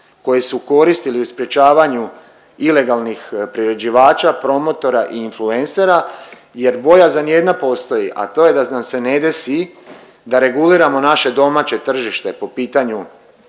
koje su koristili u sprječavanju ilegalnih priređivača, promotora i influencera jer bojazan jedna postoji, a to je da nam se ne desi da reguliramo naše domaće tržište po pitanju